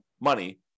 money